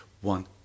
one